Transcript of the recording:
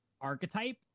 archetype